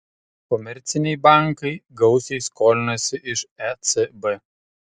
komerciniai bankai gausiai skolinasi iš ecb